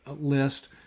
list